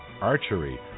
archery